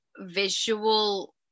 visual